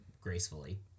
gracefully